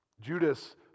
Judas